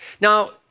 Now